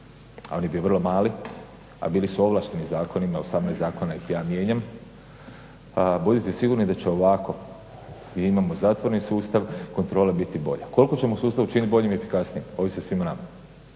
a on je bio vrlo mali, a bili su ovlašteni zakonima. 18 zakona, jer ih ja mijenjam. Budite sigurni da će ovako gdje imamo zatvoreni sustav kontrola biti bolja. Koliko ćemo sustav učiniti boljim i efikasnijim ovisi o svima nama